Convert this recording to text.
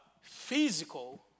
physical